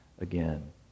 again